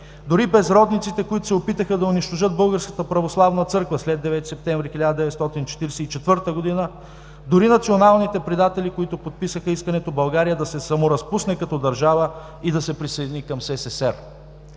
дори безродниците, които се опитаха да унищожат Българската православна църква след 9 септември 1944 г., дори националните предатели, които подписаха искането България да се саморазпусне като държава и да се присъедини към СССР.